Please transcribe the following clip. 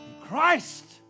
Christ